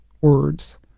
words